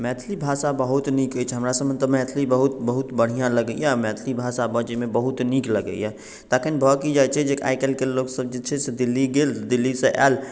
मैथिली भाषा बहुत नीक अछि हमरा सबमे तऽ मैथिली बहुत बहुत बढ़िआँ लगैए आओर मैथिली भाषा बजैमे बहुत नीक लगैए तखन भऽ की जाइ छै जे आइ काल्हिके लोकसब जे छै से दिल्ली गेल दिल्लीसँ आएल